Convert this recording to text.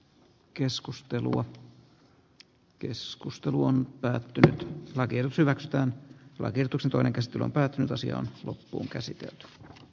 keskustelua keskustelu on päätynyt vaikeus hyväksytään laki tosin toinen kesto on päätynyt asia on loppuun käsiteltyä